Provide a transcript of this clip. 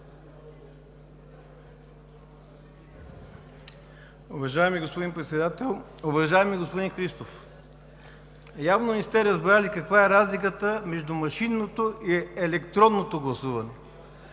Уважаеми господин Председател! Уважаеми господин Христов, явно не сте разбрали каква е разликата между машинното и електронното гласуване.